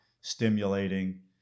stimulating